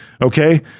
Okay